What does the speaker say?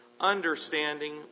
understanding